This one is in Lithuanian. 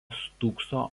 stūkso